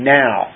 now